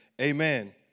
amen